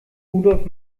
rudolf